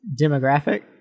Demographic